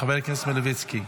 חבר הכנסת מלביצקי.